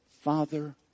Father